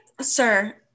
sir